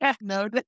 no